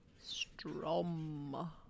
Strom